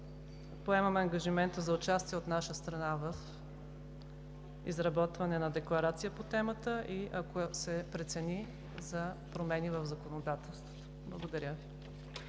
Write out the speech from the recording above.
Поемаме ангажимента за участие от наша страна в изработване на декларация по темата и, ако се прецени, за промени в законодателството. Благодаря.